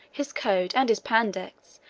his code, and his pandects,